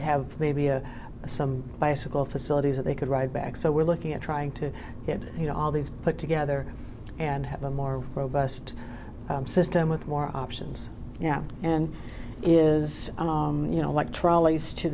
have maybe a some bicycle facilities or they could ride back so we're looking at trying to get you know all these put together and have a more robust system with more options now and is you know what trolleys to